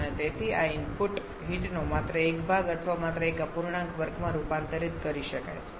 અને તેથી આ ઇનપુટ હીટનો માત્ર એક ભાગ અથવા માત્ર એક અપૂર્ણાંક વર્કમાં રૂપાંતરિત કરી શકાય છે